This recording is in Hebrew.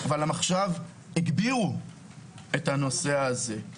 אבל הם עכשיו הגבירו את הנושא הזה.